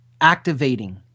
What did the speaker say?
activating